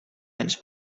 wens